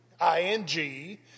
I-N-G